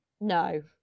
No